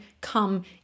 come